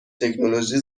تکنولوژی